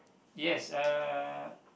yes uh